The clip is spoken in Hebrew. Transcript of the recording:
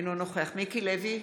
אינו נוכח מיקי לוי,